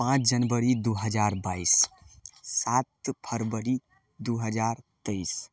पाँच जनवरी दुइ हजार बाइस सात फरवरी दुइ हजार तेइस